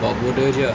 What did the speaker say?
buat bodoh jer ah